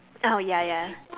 oh ya ya